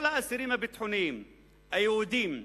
כל האסירים הביטחוניים היהודים,